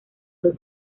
dos